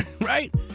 right